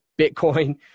Bitcoin